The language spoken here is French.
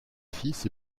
fils